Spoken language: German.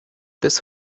bis